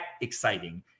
exciting